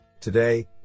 Today